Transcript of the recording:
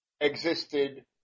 existed